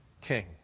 king